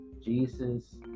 Jesus